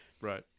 Right